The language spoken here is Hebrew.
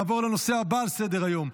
נעבור לנושא הבא על סדר-היום,